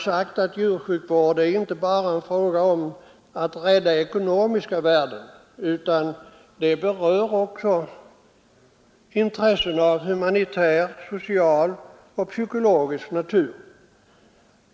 Djursjukvård är inte bara fråga om att rädda ekonomiska värden utan det berör också intressen av humanitär, social och psykologisk natur.